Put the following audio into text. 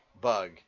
bug